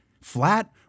Flat